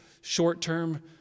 short-term